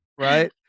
right